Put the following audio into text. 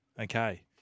Okay